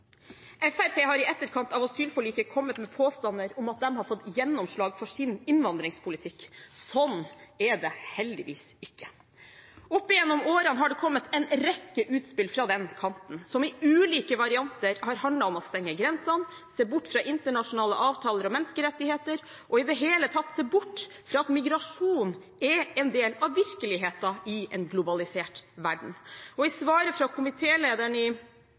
Fremskrittspartiet har i etterkant av asylforliket kommet med påstander om at de har fått gjennomslag for sin innvandringspolitikk. Sånn er det heldigvis ikke. Opp gjennom årene har det kommet en rekke utspill fra den kanten, som i ulike varianter har handlet om å stenge grensene, se bort fra internasjonale avtaler om menneskerettigheter og i det hele tatt se bort fra at migrasjon er en del av virkeligheten i en globalisert verden. I svaret fra komitélederen i